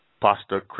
pasta